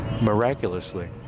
miraculously